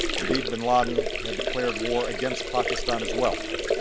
indeed, bin laden had declared war against pakistan as well,